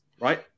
right